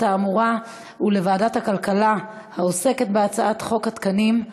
האמורה ולוועדת הכלכלה העוסקת בהצעת חוק התקנים,